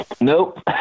Nope